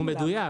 הוא מדויק,